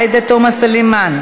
עאידה תומא סלימאן,